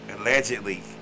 Allegedly